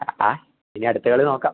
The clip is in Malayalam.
ആ ഇനി അട്ത്ത കളി നോക്കാം